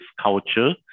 culture